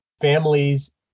families